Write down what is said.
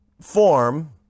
form